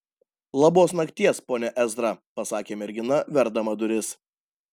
labos nakties pone ezra pasakė mergina verdama duris